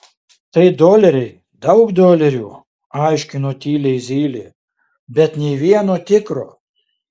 tai doleriai daug dolerių aiškino tyliai zylė bet nė vieno tikro